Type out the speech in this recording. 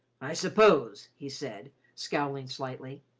i suppose, he said, scowling slightly,